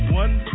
one